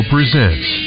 Presents